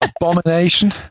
Abomination